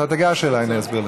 אתה תיגש אליי, אני אסביר לך.